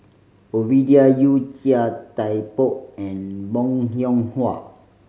Ovidia Yu Chia Thye Poh and Bong Hiong Hwa